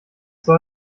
soll